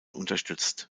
unterstützt